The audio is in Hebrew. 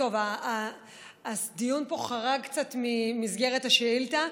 הדיון פה חרג קצת ממסגרת ההצעה.